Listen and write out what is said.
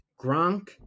Gronk